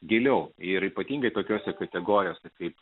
giliau ir ypatingai tokiose kategorijose kaip